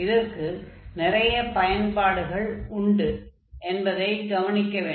இதற்கு நிறைய பயன்பாடுகள் உண்டு என்பதைக் கவனிக்க வேண்டும்